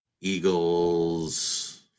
Eagles